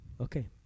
Okay